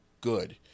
good